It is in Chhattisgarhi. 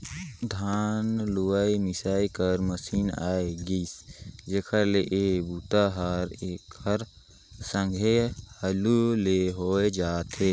धान लूए मिसे कर मसीन आए गेइसे जेखर ले ए बूता हर एकर संघे हालू ले होए जाथे